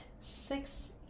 six